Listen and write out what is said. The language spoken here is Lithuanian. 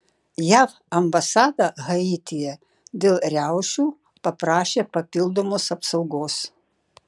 jav ambasada haityje dėl riaušių paprašė papildomos apsaugos